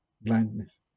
blindness